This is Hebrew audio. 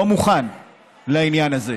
לא מוכן לעניין הזה.